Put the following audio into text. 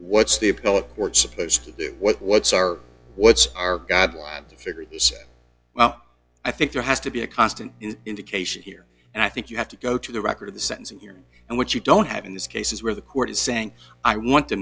what's the appellate court supposed to do what what's our what's our guideline figure he said well i think there has to be a constant indication here and i think you have to go to the record of the sentencing hearing and what you don't have in this case is where the court is saying i want t